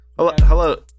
Hello